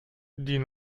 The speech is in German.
die